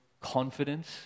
confidence